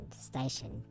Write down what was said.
Station